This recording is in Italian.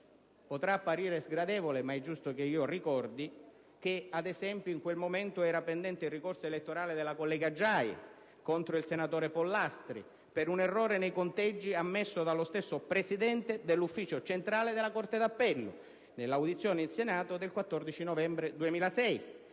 Potrà apparire sgradevole, ma è giusto che ricordi che, ad esempio, in quel momento era pendente il ricorso elettorale della collega Giai contro il senatore Pollastri per un errore nei conteggi ammesso dallo stesso presidente dell'ufficio centrale della corte d'appello nell'audizione in Senato del 14 novembre 2006.